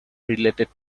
related